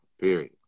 period